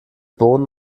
bohnen